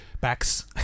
backs